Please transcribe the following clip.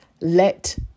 Let